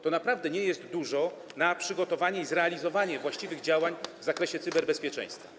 To naprawdę nie jest dużo na przygotowanie i zrealizowanie właściwych działań w zakresie cyberbezpieczeństwa.